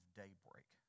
daybreak